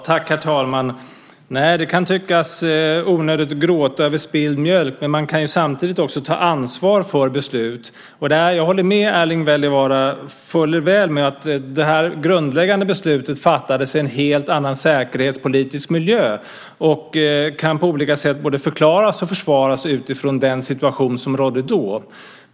Herr talman! Det kan tyckas onödigt att gråta över spilld mjölk, men man kan samtidigt ta ansvar för beslut. Jag håller med Erling Wälivaara fullt ut om att det grundläggande beslutet fattades i en helt annan säkerhetspolitisk miljö. Det kan på olika sätt både förklaras och försvaras utifrån den situation som rådde då.